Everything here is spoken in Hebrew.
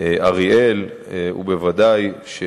אריאל דיבר עליהם,